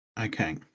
Okay